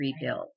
rebuild